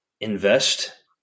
invest